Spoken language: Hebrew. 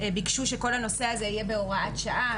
ביקשו שכל הנושא הזה יהיה בהוראת שעה,